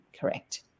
correct